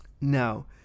Now